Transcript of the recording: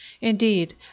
Indeed